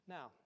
Now